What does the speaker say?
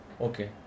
Okay